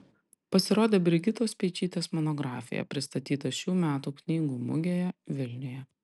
pasirodė brigitos speičytės monografija pristatyta šių metų knygų mugėje vilniuje